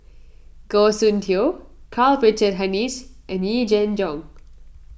Goh Soon Tioe Karl Richard Hanitsch and Yee Jenn Jong